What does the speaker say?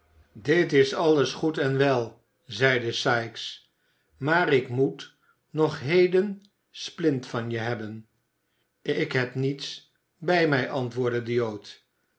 dit alles is goed en wel zeide sikes maar ik moet nog heden splint van je hebben ik heb niets bij mij antwoordde de jood